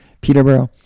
Peterborough